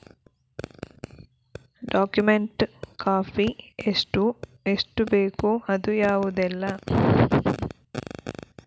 Document copy ಎಷ್ಟು ಬೇಕು ಅದು ಯಾವುದೆಲ್ಲ?